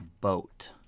boat